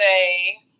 say